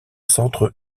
centre